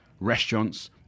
restaurants